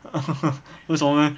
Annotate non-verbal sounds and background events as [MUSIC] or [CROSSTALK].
[LAUGHS] 为什么 leh